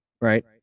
right